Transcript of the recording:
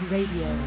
Radio